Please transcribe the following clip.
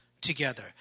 together